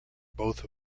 both